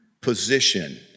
position